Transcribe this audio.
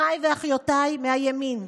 אחיי ואחיותיי מהימין,